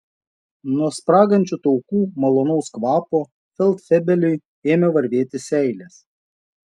nuo spragančių taukų malonaus kvapo feldfebeliui ėmė varvėti seilės